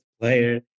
player